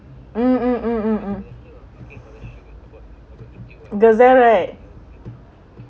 mm Gazelle right